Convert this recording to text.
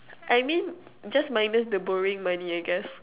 I mean just minus the borrowing money I guess